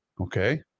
Okay